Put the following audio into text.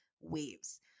waves